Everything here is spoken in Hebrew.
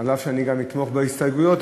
אף שאני אתמוך גם בהסתייגויות,